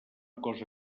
cosa